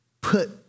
put